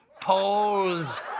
polls